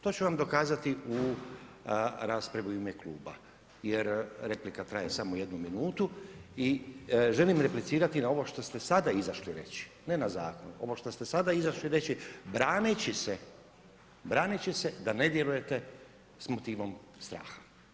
To ću vam dokazati u raspravi u ime kluba jer replika traje samo jednu minutu i želim replicirati na ovo što ste sada izašli reći, ne na zakon, ovo što ste sada izašli reći braneći se da ne djelujete s motivom straha.